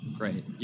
Great